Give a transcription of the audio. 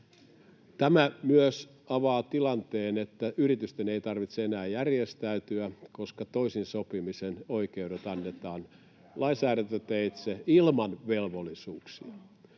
Tämä myös avaa tilanteen, että yritysten ei tarvitse enää järjestäytyä, koska toisin sopimisen oikeudet annetaan lainsäädäntöteitse ilman velvollisuuksia.